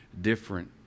different